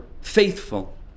faithful